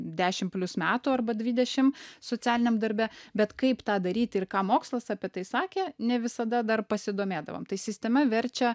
dešim plius metų arba dvidešim socialiniam darbe bet kaip tą daryti ir ką mokslas apie tai sakė ne visada dar pasidomėdavom tai sistema verčia